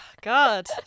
God